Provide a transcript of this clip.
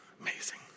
Amazing